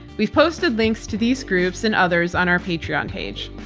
we've posted links to these groups and others on our patreon page.